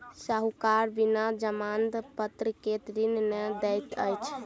साहूकार बिना जमानत पत्र के ऋण नै दैत अछि